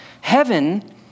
Heaven